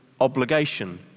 obligation